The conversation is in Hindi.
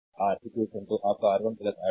आर eq तो आप का R1 R2